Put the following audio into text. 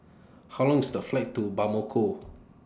How Long IS The Flight to Bamako